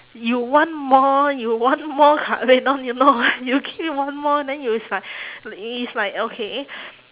you want more you want more kabedon you know you keep one more then you is like i~ is like okay